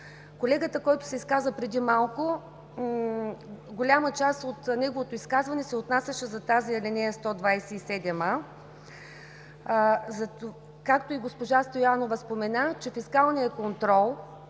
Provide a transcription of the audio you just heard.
Колегата, който се изказа преди малко, голяма част от неговото изказване се отнасяше за тази алинея в чл. 127а, както и госпожа Стоянова спомена. Тя сама каза,